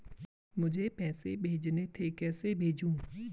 मुझे पैसे भेजने थे कैसे भेजूँ?